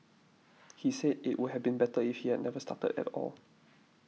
he said it would have been better if he had never started at all